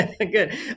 Good